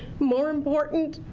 more important,